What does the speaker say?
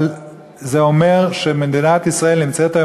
אבל זה אומר שמדינת ישראל נמצאת היום